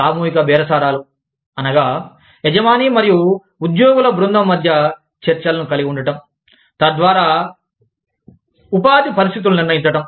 సామూహిక బేరసారాలు అనగా యజమాని మరియు ఉద్యోగుల బృందం మధ్య చర్చలను కలిగి ఉండటం తద్వారా ఉపాధి పరిస్థితులను నిర్ణయించటం